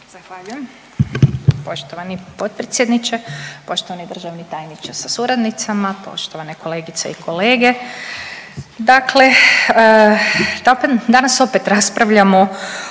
Zahvaljujem poštovani potpredsjedniče, poštovani državni tajniče sa suradnicama, poštovane kolegice i kolege. Dakle, danas opet raspravljamo o nečemu